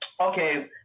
Okay